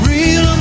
Real